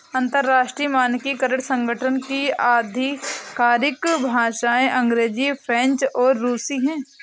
अंतर्राष्ट्रीय मानकीकरण संगठन की आधिकारिक भाषाएं अंग्रेजी फ्रेंच और रुसी हैं